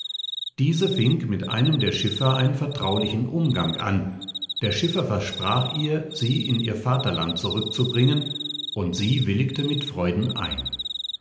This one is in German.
diese fing mit einem der schiffer einen vertraulichen umgang an der schiffer versprach ihr sie in ihr vaterland zurückzubringen und sie willigte mit freuden ein